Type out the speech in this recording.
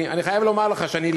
אני חייב לומר לך שאני,